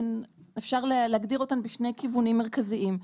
אפשר להגדיר אותן בשני כיוונים מרכזיים,